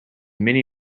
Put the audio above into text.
many